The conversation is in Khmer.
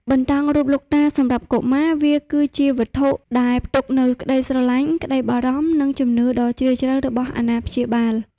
បន្តោងរូបលោកតាសម្រាប់កុមារវាគឺជាវត្ថុដែលផ្ទុកនូវក្តីស្រឡាញ់ ក្តីបារម្ភ និងជំនឿដ៏ជ្រាលជ្រៅរបស់អាណាព្យាបាល។